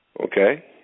Okay